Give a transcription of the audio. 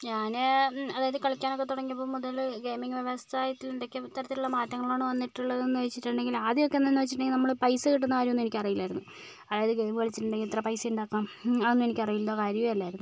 ഞാന് അതായത് കളിക്കാനൊക്കെ തുടങ്ങിയപ്പോൾ മുതല് ഗെയിമിംഗ് വ്യവസായത്തിൽ എന്തൊക്കെ തരത്തിലുള്ള മാറ്റങ്ങളാണ് വന്നിട്ടുള്ളത് എന്ന് വെച്ചിട്ടുണ്ടെങ്കില് ആദ്യം ഒക്കെ എന്ന് വെച്ചിട്ടുണ്ടെങ്കില് നമ്മള് പൈസ ഇടുന്ന കാര്യം ഒന്നും എനിക്ക് അറിയില്ലായിരുന്നു അതായത് ഗെയിമിംഗ് കളിച്ചിട്ടുണ്ടെങ്കില് ഇത്ര പൈസ ഉണ്ടാക്കണം അതൊന്നും എനിക്ക് അറിയില്ല കാര്യമേ അല്ലായിരുന്നു